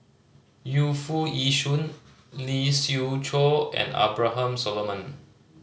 Yu Foo Yee Shoon Lee Siew Choh and Abraham Solomon